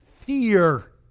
fear